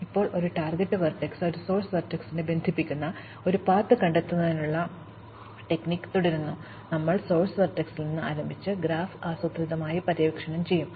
ഇപ്പോൾ ഒരു ടാർഗെറ്റ് വെർട്ടെക്സിൽ ഒരു സോഴ്സ് വെർട്ടെക്സിനെ ബന്ധിപ്പിക്കുന്ന ഒരു പാത്ത് കണ്ടെത്തുന്നതിനുള്ള ഞങ്ങളുടെ തന്ത്രം അത് പിന്തുടരുന്നു ഞങ്ങൾ സോഴ്സ് വെർട്ടെക്സിൽ നിന്ന് ആരംഭിച്ച് ഗ്രാഫ് ആസൂത്രിതമായി പര്യവേക്ഷണം ചെയ്യും